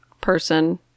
person